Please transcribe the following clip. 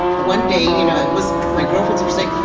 one day, you know, it was my girlfriends were saying,